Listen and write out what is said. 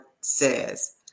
says